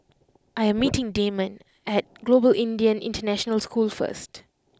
I am meeting Damon at Global Indian International School first